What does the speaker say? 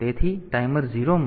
તેથી ટાઈમર 0 માટે એક છે